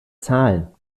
zahlen